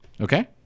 Okay